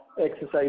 exercise